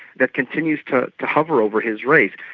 that continues to to hover over his race.